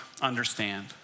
understand